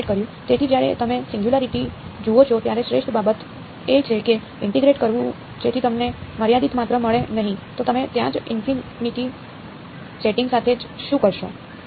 તેથી જ્યારે તમે સિંગયુંલારીટી જુઓ છો ત્યારે શ્રેષ્ઠ બાબત એ છે કે ઇન્ટીગ્રેટ કરવું જેથી તમને મર્યાદિત માત્રા મળે નહીં તો તમે ત્યાં જ ઇન્ફિનિટિ સેટિંગ સાથે શું કરશો